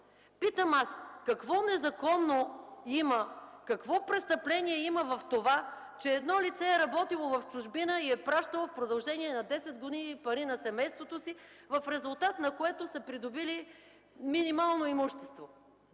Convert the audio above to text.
Питам аз: какво незаконно има, какво престъпление има в това, че едно лице е работило в чужбина и е пращало в продължение на 10 години пари на семейството си, в резултат на което са придобили минимално имущество?